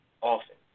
often